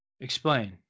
Explain